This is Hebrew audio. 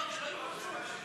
שלוש דקות, בבקשה.